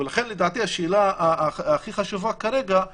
לכן, לדעתי, השאלה הכי חשובה כרגע היא: